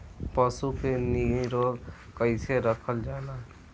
पशु के निरोग कईसे रखल जाला?